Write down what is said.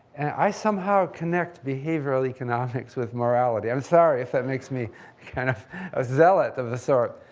i somehow connect behavioral economics with morality. i'm sorry if that makes me kind of a zealot of a sort.